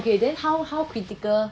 okay then how how critical